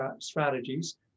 Strategies